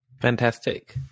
Fantastic